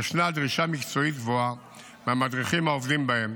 ישנה דרישה מקצועית גבוהה מהמדריכים העובדים בהם,